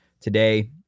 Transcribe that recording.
today